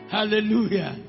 Hallelujah